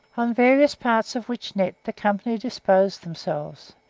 on various parts of which net the company disposed themselves,